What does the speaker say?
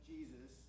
Jesus